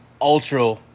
ultra